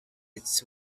its